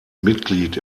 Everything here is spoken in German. mitglied